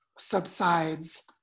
subsides